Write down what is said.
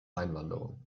einwanderung